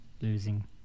losing